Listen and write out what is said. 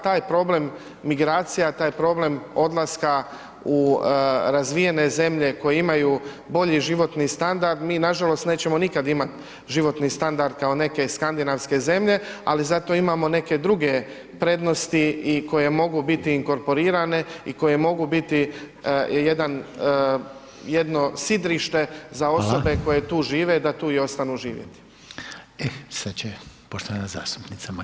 Taj problem migracija, taj problem odlaska u razvijene zemlje koje imaju bolji životni standard, mi nažalost nećemo nikad imati životni standard kao neke skandinavske zemlje, ali zato imamo neke druge prednosti i koje mogu biti inkorporirane, i koje mogu biti jedan, jedno sidrište za osobe koje tu žive, da tu i ostanu živjeti.